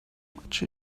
much